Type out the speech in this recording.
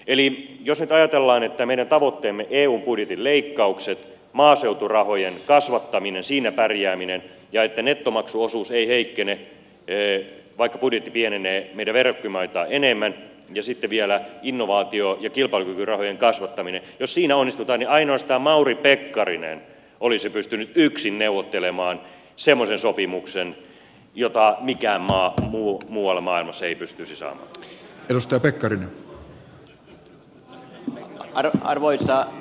eli jos nyt ajatellaan että onnistumme meidän tavoitteissamme eun budjetin leikkaukset maaseuturahojen kasvattaminen siinä pärjääminen ja se että nettomaksuosuus ei heikkene vaikka budjetti pienenee meidän verrokkimaitamme enemmän ja sitten vielä innovaatio ja kilpailukykyrahojen kasvattaminen niin ainoastaan mauri pekkarinen olisi pystynyt yksin neuvottelemaan semmoisen sopimuksen jota mikään maa muualla maailmassa ei pystyisi saamaan